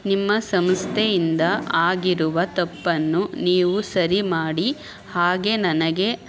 ನಿಮ್ಮ ಸಂಸ್ಥೆಯಿಂದ ಆಗಿರುವ ತಪ್ಪನ್ನು ನೀವು ಸರಿ ಮಾಡಿ ಹಾಗೆ ನನಗೆ